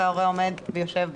וההורה יושב בחוץ.